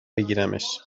بگیرمش